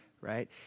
right